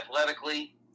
athletically